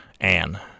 Anne